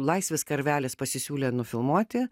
laisvis karvelis pasisiūlė nufilmuoti